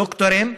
דוקטורים,